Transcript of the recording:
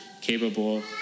capable